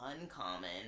uncommon